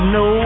no